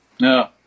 No